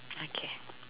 okay